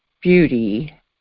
beauty